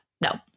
no